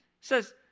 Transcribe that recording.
says